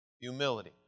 Humility